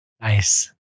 Nice